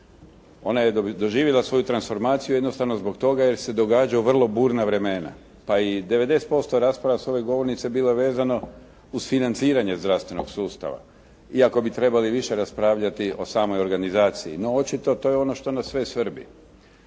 Ona je doživjela svoju transformaciju jednostavno zbog toga jer se događa u vrlo burna vremena pa i 90% rasprava s ove govornice bilo je vezano uz financiranje zdravstvenog sustava iako bi trebali više raspravljati o samoj organizaciji. No očito to je ono što nas sve svrbi.